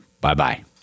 Bye-bye